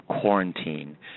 quarantine